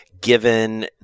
given